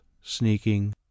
sneaking